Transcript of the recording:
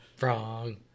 Wrong